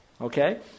Okay